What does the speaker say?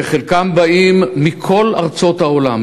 שחלקם באים מכל ארצות העולם,